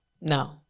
no